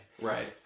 Right